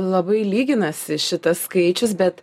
labai lyginasi šitas skaičius bet